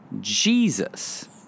Jesus